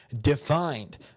defined